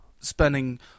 spending